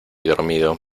dormido